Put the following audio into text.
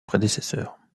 prédécesseur